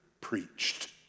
preached